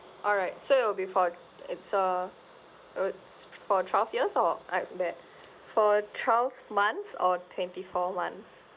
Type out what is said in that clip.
alright so it will be for it's uh it will for twelve years or like that for twelve months or twenty four months